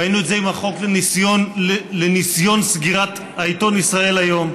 ראינו את זה עם החוק לניסיון סגירת העיתון ישראל היום,